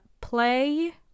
play